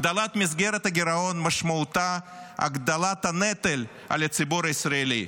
הגדלת מסגרת הגירעון משמעותה הגדלת הנטל על הציבור הישראלי,